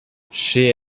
she